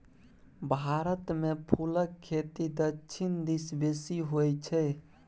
भारतमे फुलक खेती दक्षिण दिस बेसी होय छै